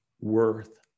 worth